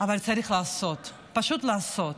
אבל צריך לעשות, פשוט לעשות,